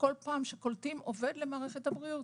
כל פעם שקולטים עובד למערכת הבריאות,